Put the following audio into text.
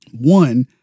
One